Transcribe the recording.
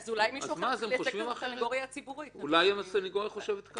אז אולי מישהו אחר ייצג את הסנגוריה הציבורית.